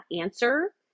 answer